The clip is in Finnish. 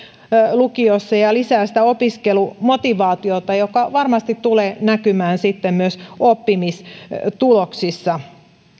lukiossa ja lisää opiskelumotivaatiota mikä varmasti tulee näkymään sitten myös oppimistuloksissa